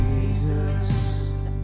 Jesus